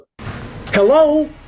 Hello